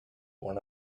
one